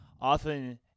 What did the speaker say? often